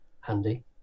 handy